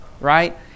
right